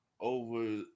over